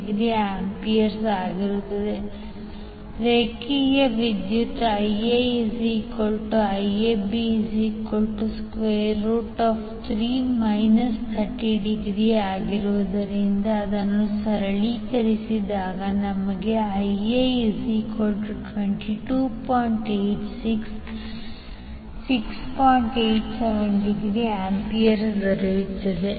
87°A ರೇಖೆಯ ವಿದ್ಯುತ್ IaIAB3∠ 30°313